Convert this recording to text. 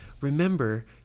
Remember